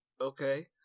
okay